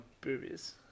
boobies